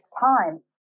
time